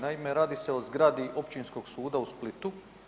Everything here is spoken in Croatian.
Naime, radi se o zgradi Općinskog suda u Splitu.